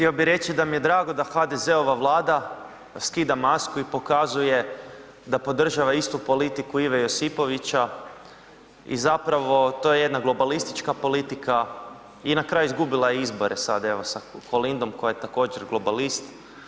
Htio bih reći da mi je drago da HDZ-ova Vlada skida masku i pokazuje da podržava istu politiku Ive Josipovića i zapravo to je jedna globalistička politika i na kraju, izgubila je izbore sad evo, sa Kolindom koja je također, globalist.